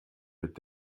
mit